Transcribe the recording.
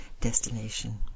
destination